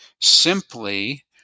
simply